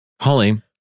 Holly